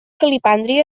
calipàndria